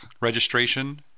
registration